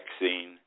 vaccine